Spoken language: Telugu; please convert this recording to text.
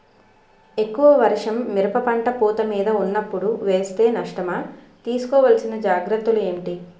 ఎక్కువ వర్షం మిరప పంట పూత మీద వున్నపుడు వేస్తే నష్టమా? తీస్కో వలసిన జాగ్రత్తలు ఏంటి?